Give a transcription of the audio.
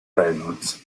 reynolds